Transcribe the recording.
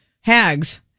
Hags